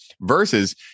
versus